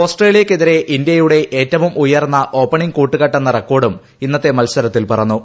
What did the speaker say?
ഓസ്ട്രേലിയയ്ക്കെതിരെ ഇന്ത്യയുടെ ഏറ്റവും ഉയർന്ന ഓപ്പണിംഗ് കൂട്ടുകെട്ടെന്ന റെക്കോർഡും ഇന്നത്തെ മത്സരത്തിൽ പിറന്നു